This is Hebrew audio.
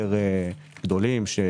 היותר גדולים,